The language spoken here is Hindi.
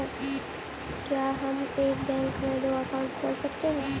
क्या हम एक बैंक में दो अकाउंट खोल सकते हैं?